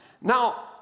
Now